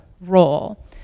role